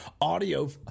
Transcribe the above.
Audio